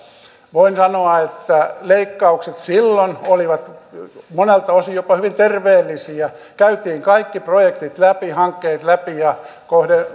voin sanoa että leikkaukset silloin olivat monelta osin jopa hyvin terveellisiä käytiin kaikki projektit läpi hankkeet läpi ja